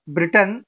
Britain